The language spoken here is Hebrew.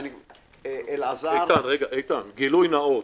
גילוי נאות: